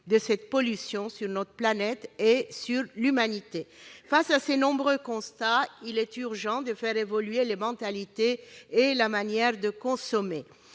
de cette pollution, sur notre planète et pour l'humanité. Face à ces nombreux constats, il est urgent de faire évoluer les mentalités et la manière de consommer.